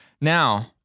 Now